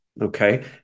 okay